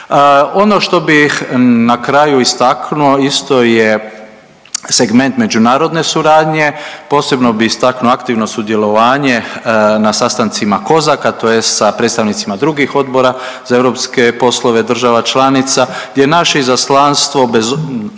Ono što bih na kraju istaknuo isto je segment međunarodne suradnje. Posebno bi istaknuo aktivno sudjelovanje na sastancima COSAC-a tj. sa predstavnicima drugih odbora za europske poslove država članica gdje naše izaslanstvo bez,